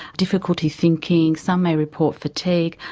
difficulty thinking, some may report fatigue,